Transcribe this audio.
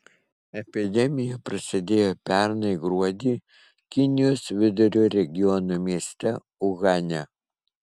epidemija prasidėjo pernai gruodį kinijos vidurio regiono mieste uhane